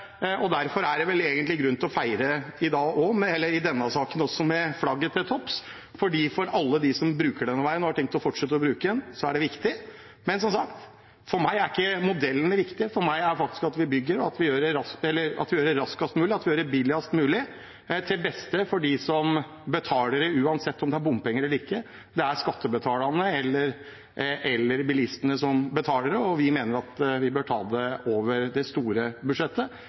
og derfor er det egentlig grunn til å feire med flagget til topps i denne saken også. For alle dem som bruker denne veien og har tenkt å fortsette å bruke den, er dette viktig. Men som sagt, for meg er ikke modellen det viktige. For meg er det faktisk at vi bygger, og at vi gjør det raskest mulig og billigst mulig til beste for dem som betaler, uansett om det er bompenger eller ikke, om det er skattebetalerne eller bilistene som betaler det. Og vi mener at vi bør ta det over det store budsjettet